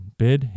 bid